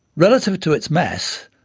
relative to its mass,